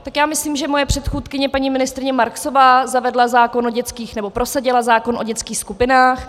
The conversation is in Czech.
Tak já myslím, že moje předchůdkyně paní ministryně Marksová zavedla zákon o dětských... nebo prosadila zákon o dětských skupinách.